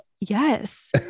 Yes